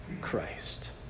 Christ